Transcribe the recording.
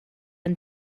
and